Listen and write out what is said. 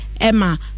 Emma